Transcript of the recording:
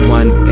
one